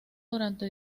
durante